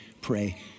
pray